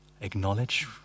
acknowledge